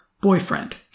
boyfriend